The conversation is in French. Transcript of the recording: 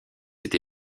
été